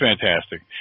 fantastic